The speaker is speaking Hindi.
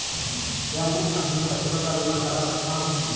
क्या मैं अपने बच्चों का बीमा करा सकता हूँ?